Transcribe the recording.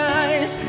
eyes